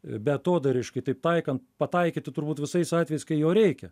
beatodairiškai taip taikant pataikyti turbūt visais atvejais kai jo reikia